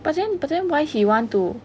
but then but then why he want to